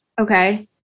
Okay